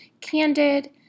candid